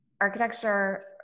architecture